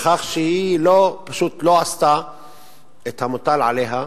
בכך שהיא פשוט לא עשתה את המוטל עליה,